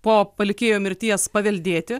po palikėjo mirties paveldėti